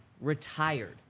retired